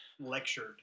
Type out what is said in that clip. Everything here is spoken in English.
lectured